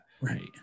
Right